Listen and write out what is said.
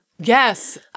Yes